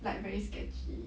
like very sketchy